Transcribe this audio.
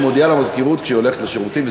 מודיעה למזכירות כשהיא הולכת לשירותים,